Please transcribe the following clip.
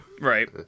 Right